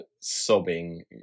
sobbing